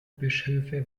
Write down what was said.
bischöfe